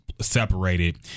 separated